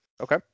Okay